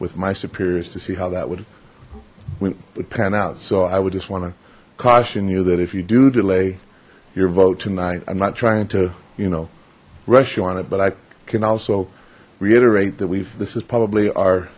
with my superiors to see how that would would pan out so i would just want to caution you that if you do delay your vote tonight i'm not trying to you know rush you on it but i can also reiterate that we've this is probably our